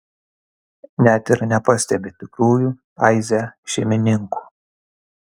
net ir nepastebi tikrųjų taize šeimininkų